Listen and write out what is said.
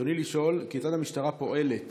רצוני לשאול: כיצד המשטרה פועלת